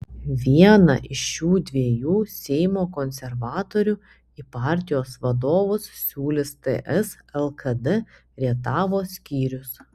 vieną iš šių dviejų seimo konservatorių į partijos vadovus siūlys ts lkd rietavo skyrius